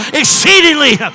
exceedingly